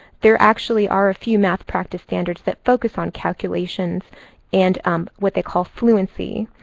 there actually are a few math practice standards that focus on calculations and what they call fluency.